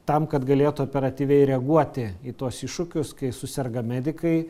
tam kad galėtų operatyviai reaguoti į tuos iššūkius kai suserga medikai